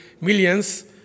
millions